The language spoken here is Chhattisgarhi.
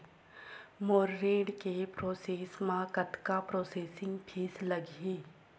मोर ऋण के प्रोसेस म कतका प्रोसेसिंग फीस लगही?